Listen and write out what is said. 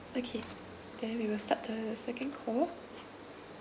okay then we will start the second call